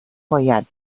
باید